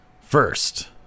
first